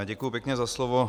Děkuji pěkně za slovo.